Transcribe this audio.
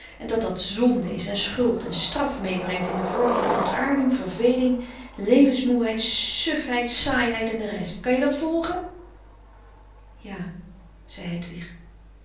en dat dat zonde is en schuld en straf meebrengt in de vorm van ontaarding verveling levensmoeheid sufheid saaiheid en de rest kan je dat volge ja zei hedwig